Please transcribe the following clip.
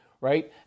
right